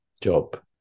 job